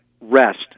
rest